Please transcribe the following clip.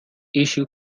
issue